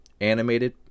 animated